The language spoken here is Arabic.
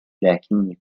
لكني